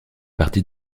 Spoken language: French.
partie